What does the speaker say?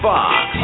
Fox